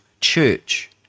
church